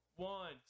One